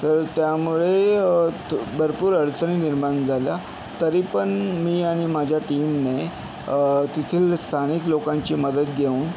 तर त्यामुळे त् भरपूर अडचणी निर्माण झाल्या तरीपण मी आणि माझ्या टीमने तेथील स्थानिक लोकांची मदत घेऊन